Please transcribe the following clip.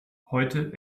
heute